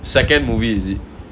second movie is it